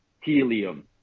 Helium